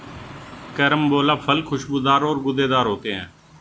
carambola फल खुशबूदार और गूदेदार होते है